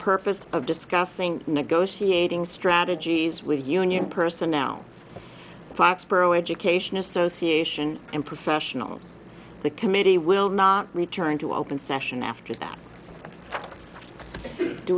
purpose of discussing negotiating strategies with the union person now foxborough education association and professionals the committee will not return to open session after that do